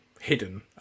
hidden